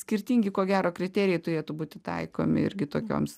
skirtingi ko gero kriterijai turėtų būti taikomi ir kitokioms